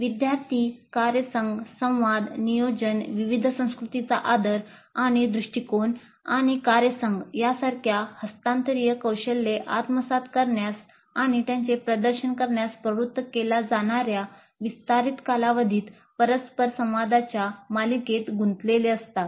विद्यार्थी कार्यसंघ संवाद नियोजन विविध संस्कृतींचा आदर आणि दृष्टिकोन आणि कार्यसंघ यासारख्या हस्तांतरणीय कौशल्ये आत्मसात करण्यास आणि त्यांचे प्रदर्शन करण्यास प्रवृत्त केल्या जाणाऱ्या विस्तारित कालावधीत परस्पर संवादांच्या मालिकेत गुंतलेले असतात